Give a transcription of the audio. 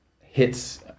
hits